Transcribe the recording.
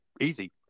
easy